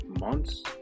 months